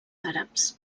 àrabs